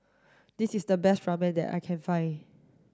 this is the best Ramen that I can find